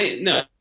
No